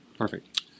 perfect